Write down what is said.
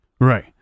Right